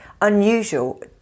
unusual